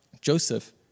Joseph